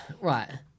right